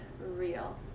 real